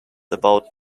about